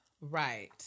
Right